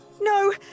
No